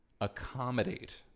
accommodate